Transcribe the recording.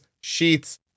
sheets